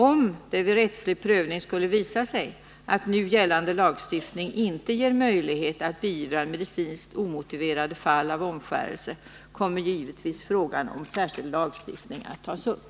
Om det vid rättslig prövning skulle visa sig att nu gällande lagstiftning inte ger möjlighet att beivra medicinskt omotiverade fall av omskärelse, kommer givetvis frågan om särskild lagstiftning att tas upp.